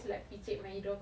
ya